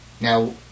now